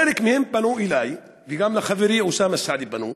חלק מהם פנו אלי, וגם לחברי אוסאמה סעדי פנו.